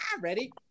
Ready